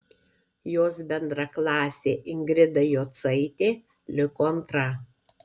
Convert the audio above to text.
jos bendraklasė ingrida jocaitė liko antra